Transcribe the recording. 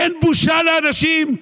אין בושה לאנשים?